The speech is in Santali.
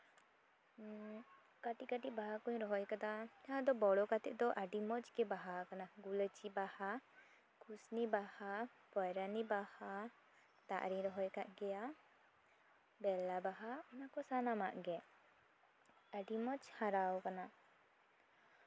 ᱠᱟᱹᱴᱤᱡ ᱠᱟᱹᱴᱤᱡ ᱵᱟᱦᱟ ᱠᱚᱧ ᱨᱚᱦᱚᱭ ᱠᱟᱫᱟ ᱡᱟᱦᱟᱸ ᱫᱚ ᱵᱚᱲᱚ ᱠᱟᱛᱮᱜ ᱫᱚ ᱟᱹᱰᱤ ᱢᱚᱡᱽ ᱜᱮ ᱵᱟᱦᱟ ᱟᱠᱟᱱᱟ ᱜᱩᱞᱟᱹᱪᱷᱤ ᱵᱟᱦᱟ ᱠᱩᱥᱱᱤ ᱵᱟᱦᱟ ᱯᱚᱭᱨᱟᱱᱤ ᱵᱟᱦᱟ ᱫᱟᱜ ᱨᱤᱧ ᱨᱚᱦᱚᱭ ᱠᱟᱜ ᱜᱮᱭᱟ ᱵᱮᱞᱟ ᱵᱟᱦᱟ ᱚᱱᱟ ᱠᱚ ᱥᱟᱱᱟᱢᱟᱜ ᱜᱮ ᱟᱹᱰᱤ ᱢᱚᱡᱽ ᱦᱟᱨᱟᱣ ᱠᱟᱱᱟ